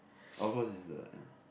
oh cause it's the ya